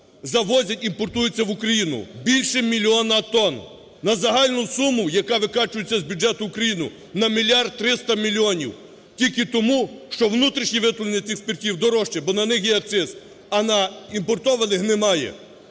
завозять, імпортуються в Україну більше мільйона тонн на загальну суму, яка викачується з бюджету України, на 1 мільярд 300 мільйонів тільки, тому що внутрішнє виготовлення цих спиртів дорожчі, бо на них є акциз, а на імпортовані немає.